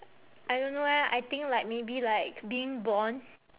I don't know eh I think like maybe like being born